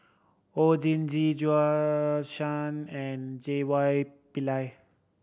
Oon Jin Gee Shan and J Y Pillay